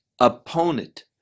opponent